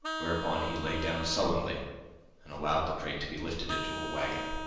whereupon he lay down sullenly and allowed the crate to be lifted into a wagon.